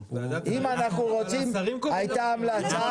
הייתה המלצה